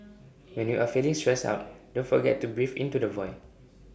when you are feeling stressed out don't forget to breathe into the void